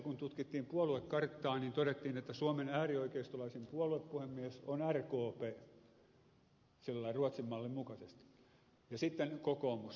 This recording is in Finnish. kun tutkittiin puoluekarttaa niin todettiin että suomen äärioikeistolaisen puolue puhemies on rkp sillä lailla ruotsin mallin mukaisesti ja sitten kokoomus